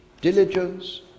diligence